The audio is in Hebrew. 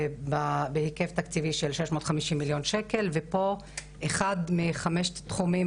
בהיקף תקציבי של 650 מיליון שקל ואחד מחמשת התחומים